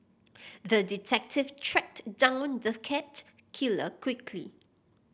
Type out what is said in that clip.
the detective tracked down the cat killer quickly